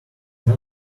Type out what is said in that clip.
man